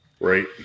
Right